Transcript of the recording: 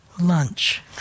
Lunch